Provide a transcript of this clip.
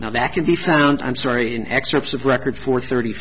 now that can be found i'm sorry in excerpts of record for thirty